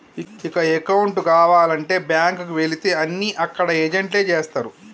ఇక అకౌంటు కావాలంటే బ్యాంకుకి వెళితే అన్నీ అక్కడ ఏజెంట్లే చేస్తరు